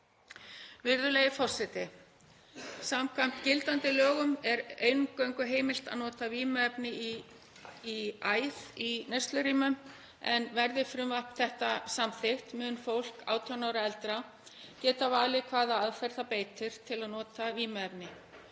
Virðulegi forseti. Samkvæmt gildandi lögum er eingöngu heimilt að nota vímuefni í æð í neyslurýmum en verði frumvarp þetta samþykkt mun fólk 18 ára og eldra geta valið hvaða aðferð það beitir til að nota vímuefni,